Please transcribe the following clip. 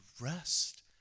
rest